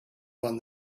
one